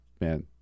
man